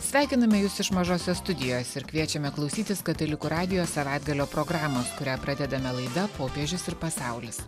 sveikiname jus iš mažosios studijos ir kviečiame klausytis katalikų radijo savaitgalio programos kurią pradedame laida popiežius ir pasaulis